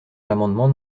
l’amendement